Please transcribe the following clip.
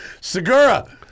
Segura